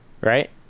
right